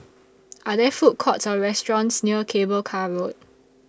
Are There Food Courts Or restaurants near Cable Car Road